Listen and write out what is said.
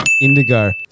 indigo